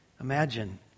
Imagine